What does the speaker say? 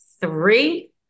three